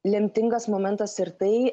lemtingas momentas ir tai